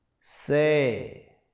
Say